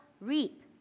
reap